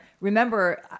remember